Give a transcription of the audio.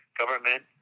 government